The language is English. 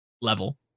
level